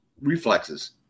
reflexes